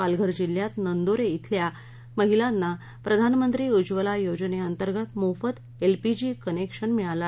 पालघर जिल्ह्यात नंदोरे धिल्या महिलांना प्रधानमंत्री उज्वला योजनेअंतर्गत मोफत एलपीजी कनेक्शन मिळालं आहे